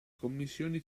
commissioni